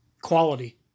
quality